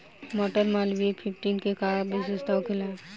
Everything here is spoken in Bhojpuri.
मटर मालवीय फिफ्टीन के का विशेषता होखेला?